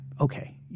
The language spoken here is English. Okay